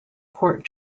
court